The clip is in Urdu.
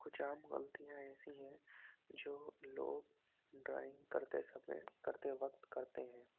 کچھ عام غلطیاں ایسی ہیں جو لوگ ڈرائنگ کرتے سمے کرتے وقت کرتے ہیں